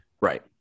Right